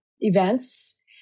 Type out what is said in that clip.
events